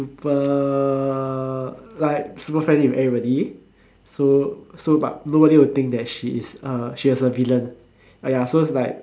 b~ like super friendly with everybody so so but nobody will think that she is uh she is a villain ah ya so is like